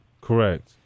Correct